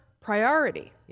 priority